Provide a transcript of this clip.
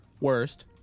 worst